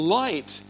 light